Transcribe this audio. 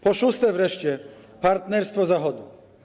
Po szóste wreszcie, partnerstwo Zachodu.